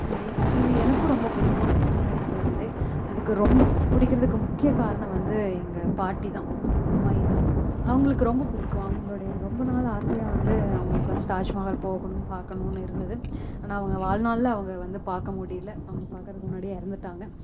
இது எனக்கும் ரொம்ப பிடிக்கும் சின்ன வயசுலேருந்தே அதுக்கு ரொம்ப பிடிக்கிறதுக்கு முக்கிய காரணம் வந்து எங்கள் பாட்டி தான் எங்கள் அம்மாயி தான் அவங்களுக்கு ரொம்ப பிடிக்கும் அவங்களுடைய ரொம்ப நாள் ஆசையாக வந்து அவங்களுக்கு வந்து தாஜ்மஹால் போகணும் பார்க்கணுன்னு இருந்துது ஆனால் அவங்க வாழ்நாளில் அவங்க வந்து பார்க்க முடியிலை அவங்க பார்க்குறதுக்கு முன்னாடியே இறந்துட்டாங்க